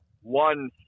one